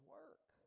work